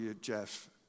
Jeff